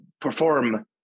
perform